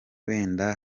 wenda